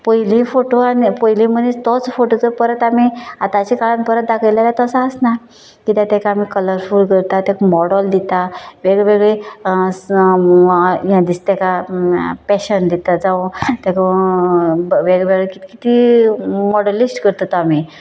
पयली फोटो आनी पयलें मनीस तोच फोटू जर परत आमी आताच्या काळांत परत दाखयलें जाल्यार तसो आसनां कित्याक तेका आमी कलरफूल करतां तेका मोडल दितां वेगळें वेगळें ये दिसता तेका पेशन दिता जांव तेका वेगळें वगळें कित कितें मोडलीश करता तो आमी